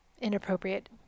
inappropriate